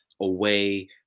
away